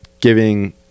giving